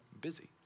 busy